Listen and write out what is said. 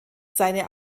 seine